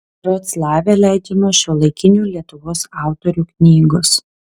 vroclave leidžiamos šiuolaikinių lietuvos autorių knygos